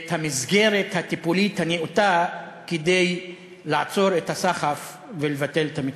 את המסגרת הטיפולית הנאותה כדי לעצור את הסחף ולבטל את המצוקה.